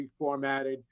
reformatted